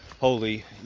holy